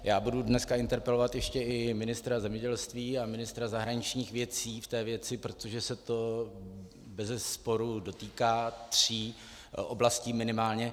Já budu dneska interpelovat ještě i ministra zemědělství a ministra zahraničních věcí v té věci, protože se to bezesporu dotýká tří oblastí minimálně.